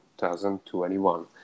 2021